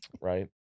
right